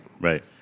Right